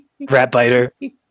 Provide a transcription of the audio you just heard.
Ratbiter